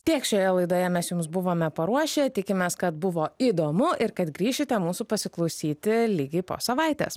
tiek šioje laidoje mes jums buvome paruošę tikimės kad buvo įdomu ir kad grįšite mūsų pasiklausyti lygiai po savaitės